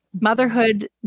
motherhood